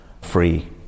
free